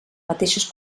mateixes